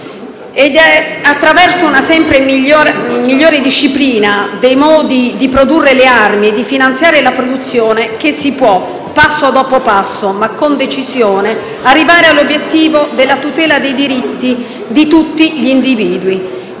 Ed è attraverso una sempre migliore disciplina dei modi di produrre le armi e di finanziare la produzione che si può, passo dopo passo, ma con decisione, arrivare all'obiettivo della tutela dei diritti di tutti gli individui.